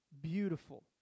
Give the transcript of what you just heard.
Beautiful